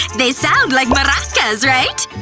they sound like maracas, right!